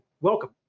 welcome